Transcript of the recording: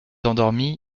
endormi